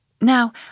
Now